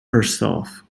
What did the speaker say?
herself